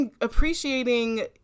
appreciating